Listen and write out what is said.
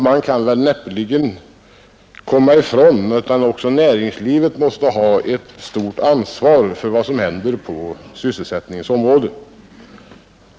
Man kan näppeligen komma ifrån att också näringslivet måste ha ett stort ansvar för vad som händer på sysselsättningens område.